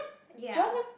ya